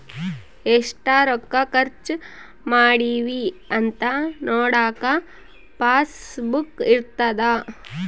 ಎಷ್ಟ ರೊಕ್ಕ ಖರ್ಚ ಮಾಡಿವಿ ಅಂತ ನೋಡಕ ಪಾಸ್ ಬುಕ್ ಇರ್ತದ